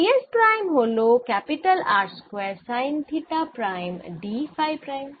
d s prime হল R square sine theta prime d phi prime